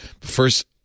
First